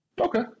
Okay